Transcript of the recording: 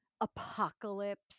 apocalypse